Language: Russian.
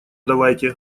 давайте